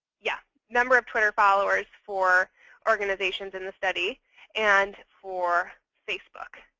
yeah number of twitter followers for organizations in the study and for facebook.